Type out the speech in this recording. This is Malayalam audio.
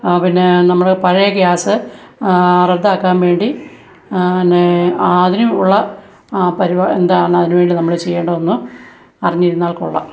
ആ പിന്നെ നമ്മള് പഴയ ഗ്യാസ് റദ്ദാക്കാൻ വേണ്ടി എന്നെ അതിനുള്ള എന്താണെന്നതിനുവേണ്ടി നമ്മള് ചെയ്യേണ്ടതെന്ന് അറിഞ്ഞിരുന്നാൽ കൊള്ളാം